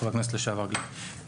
חבר הכנסת לשעבר גליק,